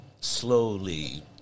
slowly